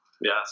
Yes